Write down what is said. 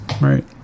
Right